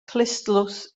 clustdlws